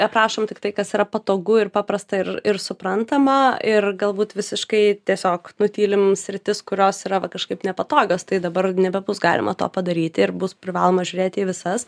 aprašom tik tai kas yra patogu ir paprasta ir ir suprantama ir galbūt visiškai tiesiog nutylim sritis kurios yra va kažkaip nepatogios tai dabar nebebus galima to padaryti ir bus privaloma žiūrėti į visas